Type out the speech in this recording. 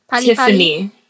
Tiffany